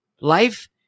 life